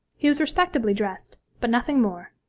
he was respectably dressed, but nothing more,